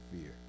fear